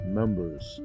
members